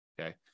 Okay